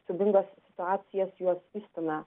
siaubingas situacijas juos įstumia